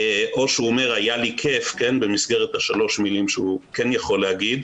או שהוא אומר היה לי כיף במסגרת שלוש המילים שהוא כן יכול להגיד,